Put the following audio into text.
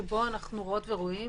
שבו אנחנו רואות ורואים